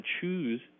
choose